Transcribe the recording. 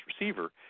receiver